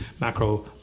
macro